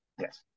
yes